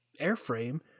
airframe